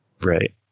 right